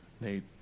Nate